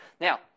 Now